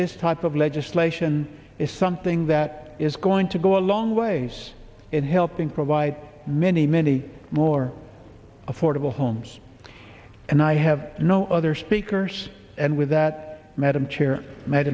this type of legislation is something that is going to go a long ways in helping provide many many more affordable homes and i have no other speakers and with that madam chair m